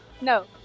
No